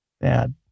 bad